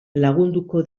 lagunduko